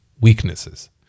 weaknesses